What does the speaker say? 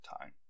Time